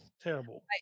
terrible